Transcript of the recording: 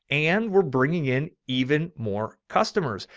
and we're bringing in. even more customers.